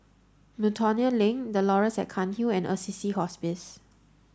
Miltonia Link The Laurels at Cairnhill and Assisi Hospice